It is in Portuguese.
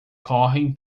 correm